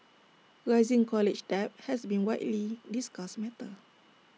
rising college debt has been A widely discussed matter